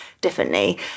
differently